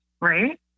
right